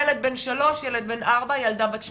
ילד בן שלוש, ילד בן ארבע, ילדה בן 12,